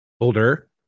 older